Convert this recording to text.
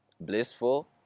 Blissful